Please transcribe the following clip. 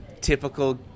typical